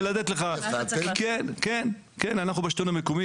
בשלטון המקומי,